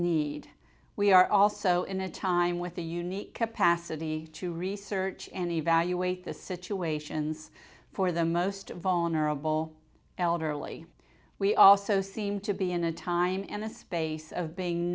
need we are also in a time with a unique capacity to research and evaluate the situations for the most vulnerable elderly we also seem to be in a time in the space of